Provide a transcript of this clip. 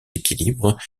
équilibres